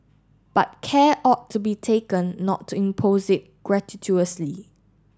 but care ought to be taken not to impose it gratuitously